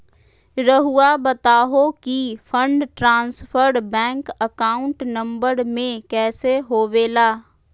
रहुआ बताहो कि fund transfer bank account number में कैसे होबेला?